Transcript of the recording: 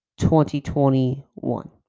2021